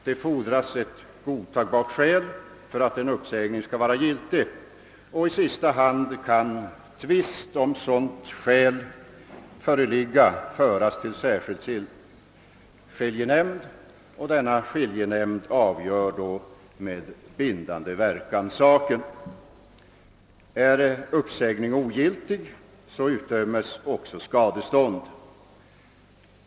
Det fordras ett godtagbart skäl för att en uppsägning skall vara giltig, och i sista hand kan tvist om sådant skäl föras till särskild skiljenämnd. Denna avgör då med bindande verkan saken. Är uppsägning ogiltig utdömes också skadestånd.